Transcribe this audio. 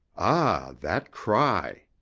ah, that cry!